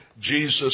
Jesus